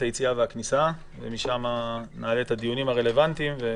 היציאה והכניסה ונקיים את הדיונים הרלוונטיים.